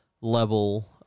level